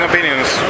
opinions